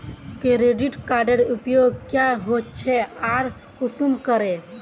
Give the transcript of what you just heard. Credit कार्डेर उपयोग क्याँ होचे आर कुंसम करे?